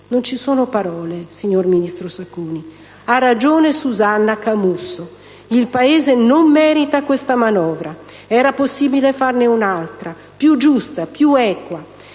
Non ci sono parole, signor ministro Sacconi. Ha ragione Susanna Camusso: il Paese non merita questa manovra, era possibile farne un'altra più giusta, più equa